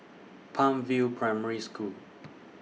Palm View Primary School